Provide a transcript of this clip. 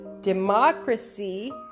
democracy